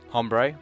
Hombre